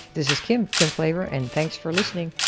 this is kim, kim klaver and thanks for listening.